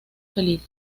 feliz